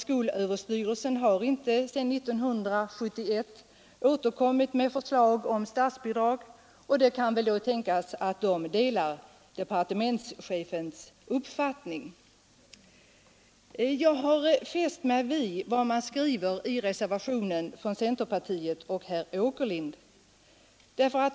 Skolöverstyrelsen har inte sedan 1971 återkommit med förslag om statsbidrag, och det kan väl då tänkas att den delar departementschefens uppfattning. Jag har fäst mig vid vad man skriver i reservationen från centerpartiet och herr Åkerlind.